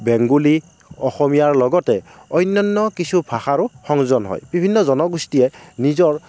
বেংগুলী অসমীয়াৰ লগতে অন্যান্য কিছু ভাষাৰো সংযোজন হয় বিভিন্ন জনগোষ্ঠীয়ে নিজৰ